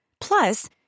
Plus